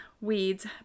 weeds